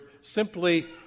simply